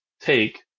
take